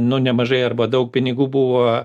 nu nemažai arba daug pinigų buvo